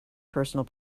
personal